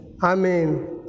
Amen